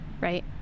right